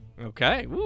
Okay